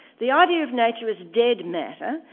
the idea of nature as dead matter,